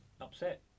upset